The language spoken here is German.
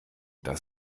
das